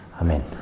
Amen